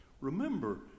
Remember